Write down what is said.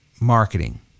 marketing